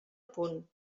punt